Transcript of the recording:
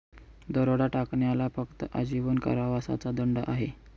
दरोडा टाकण्याला फक्त आजीवन कारावासाचा दंड आहे